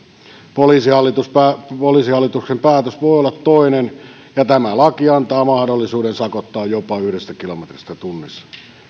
poliisihallituksen päätös voi olla toinen ja tämä laki antaa mahdollisuuden sakottaa jopa yhdestä kilometristä tunnissa